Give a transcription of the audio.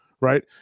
right